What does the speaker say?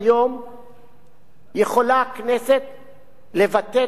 יכולה הכנסת לבטל את חוק-יסוד: השפיטה